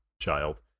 child